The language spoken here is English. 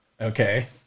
Okay